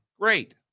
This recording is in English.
Great